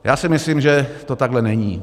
Já si myslím, že to takhle není.